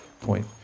point